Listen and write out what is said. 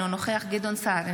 אינו נוכח גדעון סער,